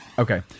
Okay